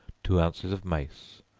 two ounces of mace,